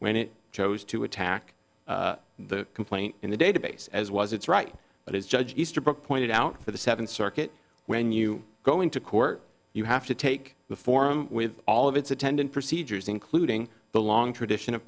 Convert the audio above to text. when it chose to attack the complaint in the database as was its right but as judge easterbrook pointed out for the seventh circuit when you go into court you have to take the forum with all of its attendant procedures including the long tradition of